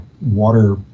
water